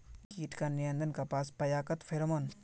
कीट का नियंत्रण कपास पयाकत फेरोमोन?